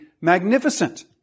magnificent